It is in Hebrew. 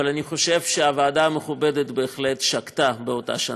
אבל אני חושב שהוועדה המכובדת בהחלט שגתה באותה שנה,